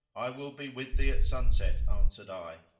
i will be with thee at sunset, answered i,